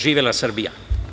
Živela Srbija.